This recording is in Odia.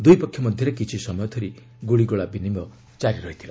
ଦୁଇ ପକ୍ଷ ମଧ୍ୟରେ କିଛି ସମୟ ଧରି ଗୁଳିଗୋଳା ବିନିମୟ ଜାରି ରହିଥିଲା